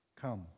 Come